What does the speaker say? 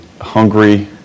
hungry